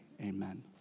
Amen